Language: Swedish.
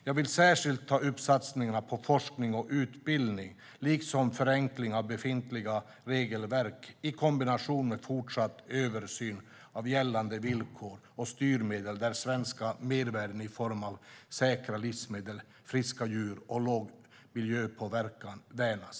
Jag vill särskilt ta upp satsningar på forskning och utbildning liksom förenkling av befintliga regelverk i kombination med fortsatt översyn av gällande villkor och styrmedel, där svenska mervärden i form av säkra livsmedel, friska djur och låg miljöpåverkan värnas.